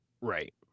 Right